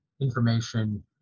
information